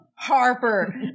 Harper